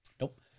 Nope